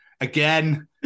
again